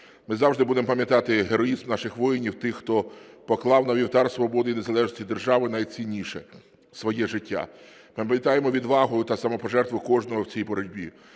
Ми завжди будемо пам'ятати героїзм наших воїнів, тих, хто поклав на вівтар свободи і незалежності держави найцінніше – своє життя. Ми пам'ятаємо відвагу та самопожертву кожного в цій боротьбі.